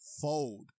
fold